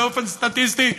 באופן סטטיסטי,